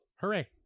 Hooray